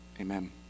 Amen